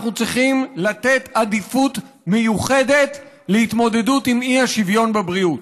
אנחנו צריכים לתת עדיפות מיוחדת להתמודדות עם האי-שוויון בבריאות.